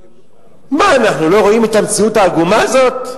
מה, אנחנו לא רואים את המציאות העגומה הזאת?